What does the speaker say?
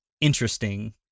interesting